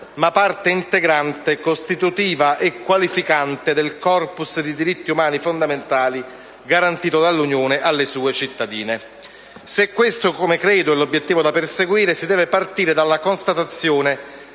ma parte integrante, costitutiva e qualificante del *corpus* di diritti umani fondamentali garantito dall'Unione alle sue cittadine. Se questo, come credo, è l'obiettivo da perseguire, si deve partire dalla constatazione